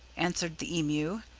answered the emu.